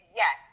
yes